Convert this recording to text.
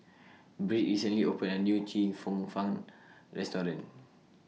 Britt recently opened A New Chee Cheong Fun Restaurant